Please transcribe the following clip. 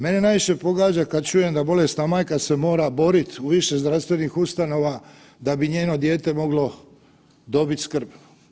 Mene najviše pogađa kad čujem da bolesna majka se mora boriti u više zdravstvenih ustanova da bi njeno dijete moglo dobiti skrb.